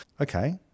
Okay